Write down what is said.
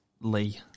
Lee